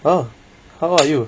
!huh! how about you